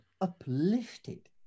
uplifted